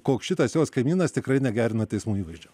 koks šitas jos kaimynas tikrai negerina teismų įvaizdžio